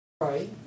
Right